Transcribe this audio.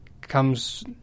comes